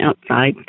outside